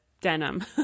denim